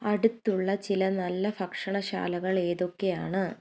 അടുത്തുള്ള ചില നല്ല ഭക്ഷണശാലകൾ ഏതൊക്കെയാണ്